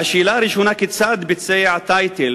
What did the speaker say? השאלה הראשונה היא: כיצד ביצע טייטל